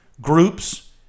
groups